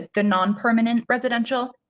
ah the non permanent residential.